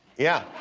yeah,